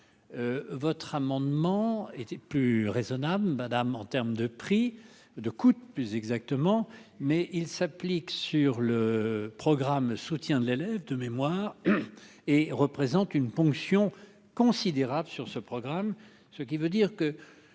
votre amendement était plus raisonnable, madame en terme de prix de coûtent plus exactement, mais il s'applique sur le programme, soutien de l'élève de mémoire et représente une ponction considérable sur ce programme, ce qui veut dire que